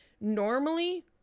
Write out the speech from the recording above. normally